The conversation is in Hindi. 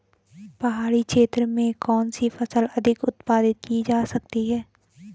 पहाड़ी क्षेत्र में कौन सी फसल अधिक उत्पादित की जा सकती है?